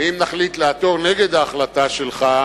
ואם נחליט לעתור נגד ההחלטה שלך,